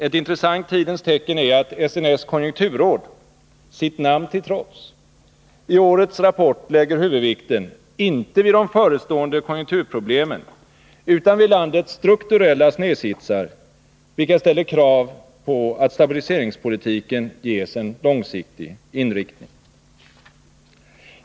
Ett intressant tidens tecken är att SNS konjunkturråd -— sitt namn till trots —i årets rapport lägger huvudvikten inte vid de förestående konjunkturproblemen utan vid landets strukturella snedsitsar, vilka ställer krav på att stabiliseringspolitiken ges en långsiktig inriktning.